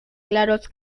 claros